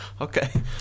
Okay